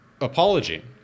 apology